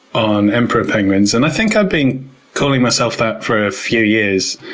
on emperor penguins, and i think i've been calling myself that for a few years.